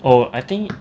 oh I think